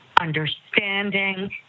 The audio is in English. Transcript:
understanding